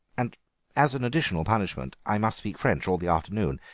and as an additional punishment i must speak french all the afternoon.